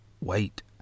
wait